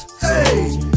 Hey